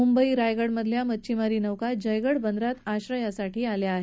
मुंबई रायगडमधल्या मच्छीमारी नौका जयगड बंदरात आश्रयासाठी आल्या आहेत